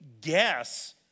guess